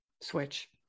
Switch